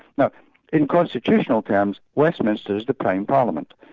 now in constitutional terms, westminster is the prime parliament.